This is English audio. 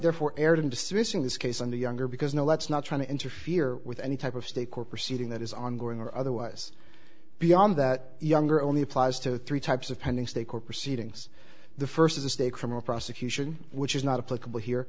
therefore erred in dismissing this case under younger because no let's not try to interfere with any type of state court proceeding that is ongoing or otherwise beyond that younger only applies to three types of pending state court proceedings the first is a state criminal prosecution which is not a political here